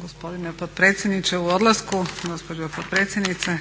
gospodine potpredsjedniče u odlasku. Gospođo potpredsjednice,